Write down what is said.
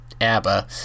ABBA